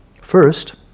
First